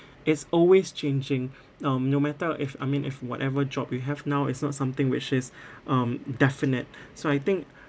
it's always changing um no matter if I mean if whatever job you have now it's not something which is um definite so I think